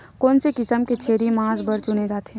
कोन से किसम के छेरी मांस बार चुने जाथे?